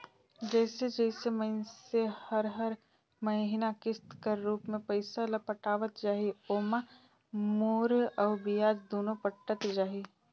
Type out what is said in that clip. जइसे जइसे मइनसे हर हर महिना किस्त कर रूप में पइसा ल पटावत जाही ओाम मूर अउ बियाज दुनो पटत जाही